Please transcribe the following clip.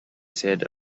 said